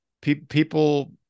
People